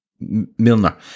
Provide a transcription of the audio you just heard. Milner